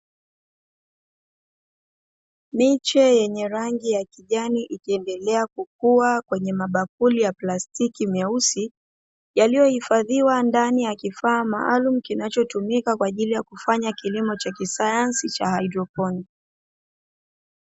Miche yenye rangi ya kijani, ikiendelea kukua kwenye mabakuli ya plastiki meusi yaliyohifadhiwa ndani ya kifaa maalumu, kinachotumika kwa ajili ya kufanya kilimo cha kisayansi cha haidroponiki.